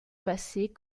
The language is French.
passer